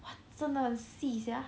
真的很细 sia